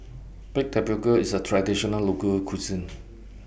Baked Tapioca IS A Traditional Local Cuisine